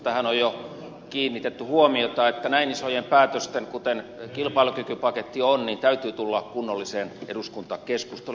tähän on jo kiinnitetty huomiota että näin isojen päätösten kuten kilpailukykypaketti on täytyy tulla kunnolliseen eduskuntakeskusteluun